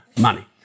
money